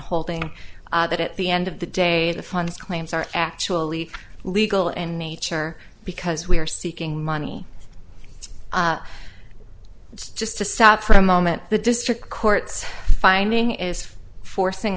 holding that at the end of the day the funds claims are actually legal in nature because we are seeking money just to stop for a moment the district courts finding is forcing